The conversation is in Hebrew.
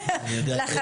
יש